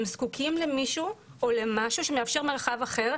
הם זקוקים למישהו או למשהו שמאפשר מרחב אחר.